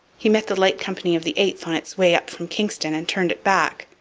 he met the light company of the eighth on its way up from kingston and turned it back.